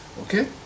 Okay